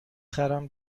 خرم